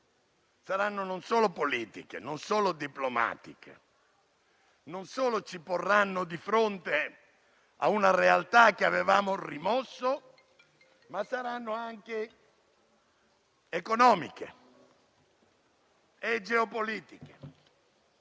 saranno politiche e diplomatiche e ci porranno di fronte a una realtà che avevamo rimosso, ma saranno anche economiche e geopolitiche.